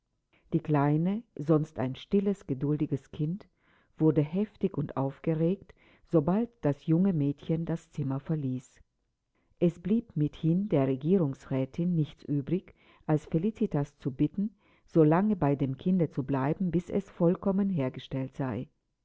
die kleine sonst ein stilles geduldiges kind wurde heftig und aufgeregt sobald das junge mädchen das zimmer verließ es blieb mithin der regierungsrätin nichts übrig als felicitas zu bitten so lange bei dem kinde zu bleiben bis es vollkommen hergestellt sei